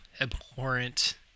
abhorrent